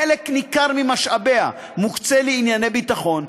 חלק ניכר ממשאביה מוקצה לענייני ביטחון,